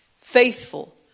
Faithful